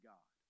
God